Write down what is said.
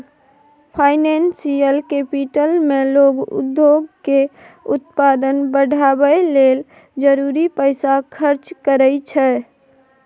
financial capital मे लोक उद्योग के उत्पादन बढ़ाबय लेल जरूरी पैसा खर्च करइ छै